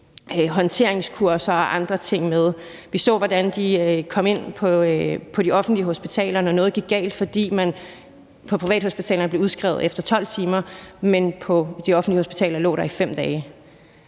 håndteringskurser og andre ting med. Vi så, hvordan de kom ind på de offentlige hospitaler, når noget gik galt, fordi man på privathospitalerne blev udskrevet efter 12 timer, mens man på de offentlige hospitaler lå der i 5 dage,